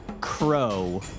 Crow